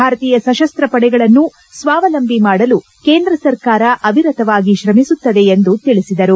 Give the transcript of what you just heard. ಭಾರತೀಯ ಸಶಸ್ತಪಡೆಗಳನ್ನು ಸ್ವಾವಲಂಬಿ ಮಾಡಲು ಕೇಂದ್ರ ಸರ್ಕಾರ ಅವಿರತವಾಗಿ ಶ್ರಮಿಸುತ್ತದೆ ಎಂದು ತಿಳಿಸಿದರು